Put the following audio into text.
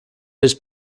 his